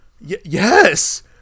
yes